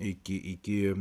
iki iki